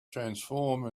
transforms